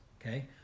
okay